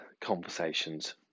conversations